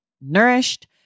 nourished